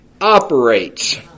operates